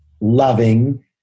loving